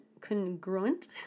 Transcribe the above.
congruent